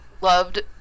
loved